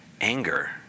anger